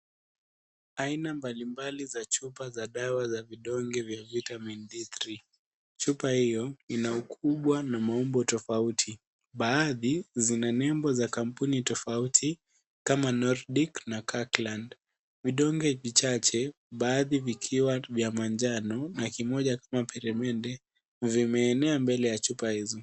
Aina mbalimbali za chupa za dawa za vidonge vya VITAMIN D3 . Chupa hiyo ina ukubwa na maumbo tofauti. Baadhi zina nembo za kampuni tofauti kama NORDIC na KIRKLAND . Vidonge vichache baadhi vikiwa vya manjano na kimoja kama peremende vimeenea mbele ya chupa hizo.